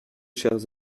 chers